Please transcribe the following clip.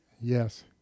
Yes